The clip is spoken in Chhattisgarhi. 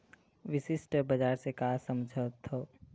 विशिष्ट बजार से का समझथव?